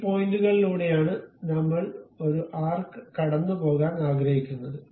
ഈ പോയിന്റുകളിലൂടെയാണ് നമ്മൾ ഒരു ആർക്ക് കടന്നുപോകാൻ ആഗ്രഹിക്കുന്നത്